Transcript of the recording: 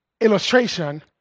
illustration